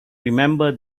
remember